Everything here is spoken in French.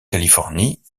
californie